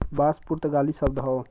बांस पुर्तगाली शब्द हौ